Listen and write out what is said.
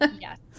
Yes